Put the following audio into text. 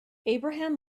abraham